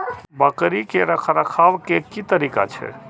बकरी के रखरखाव के कि तरीका छै?